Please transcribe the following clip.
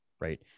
Right